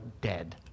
dead